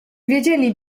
wiedzieli